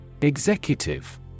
Executive